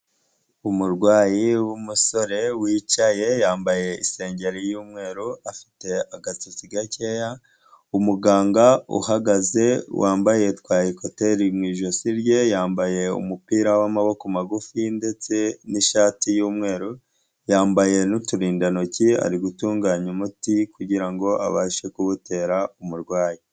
Umurwayi w'umusore, wicaye, yambaye isengeri y'umweru, afite agasatsi gakeya, umuganga uhagaze, wambaye twa ekuteri mu ijosi rye, yambaye umupira w'amaboko magufi ndetse n'ishati y'umweru, yambaye n'uturindantoki, ari gutunganya umuti kugirango abashe kuwutera umurwayi.